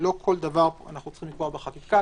לא כל דבר אנחנו צריכים לקבוע בחקיקה.